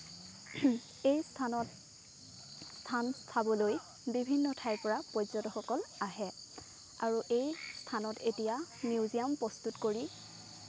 এই স্থানত স্থান চাবলৈ বিভিন্ন ঠাইৰ পৰা পৰ্যটকসকল আহে আৰু এই স্থানত এতিয়া মিউজিয়াম প্ৰস্তুত কৰি